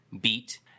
BEAT